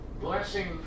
blessing